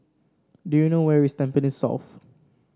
do you know where is Tampines South